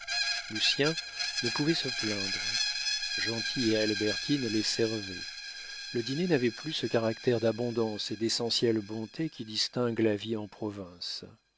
entraves lucien ne pouvait se plaindre gentil et albertine les servaient le dîner n'avait plus ce caractère d'abondance et d'essentielle bonté qui distingue la vie en province